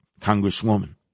congresswoman